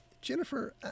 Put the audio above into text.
jennifer